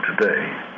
today